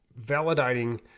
validating